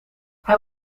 hij